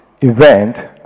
event